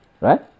right